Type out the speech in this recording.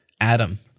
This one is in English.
Adam